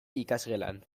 ikasgelan